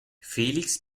felix